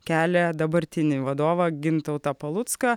kelia dabartinį vadovą gintautą palucką